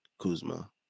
Kuzma